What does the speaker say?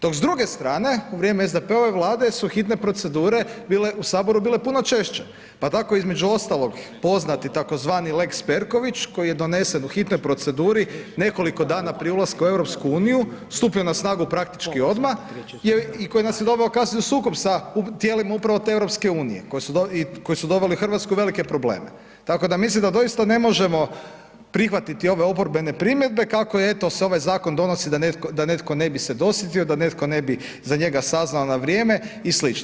Dok s druge strane, u vrijeme SDP-ove Vlade su hitne procedure bile, u HS bile puno češće, pa tako između ostalog, poznati tzv. lex Perković koji je donesen u hitnoj proceduri nekoliko dana prije ulaska u EU, stupio na snagu praktički odmah i koji nas je doveo kasnije u sukob sa tijelima upravo te EU koji su doveli RH u velike probleme, tako da mislim da doista ne možemo prihvatiti ove oporbene primjedbe kako eto se ovaj zakon donosi da netko se ne bi dosjetio, da netko ne bi za njega saznao na vrijeme i sl.